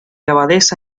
abadesa